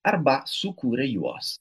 arba sukūrė juos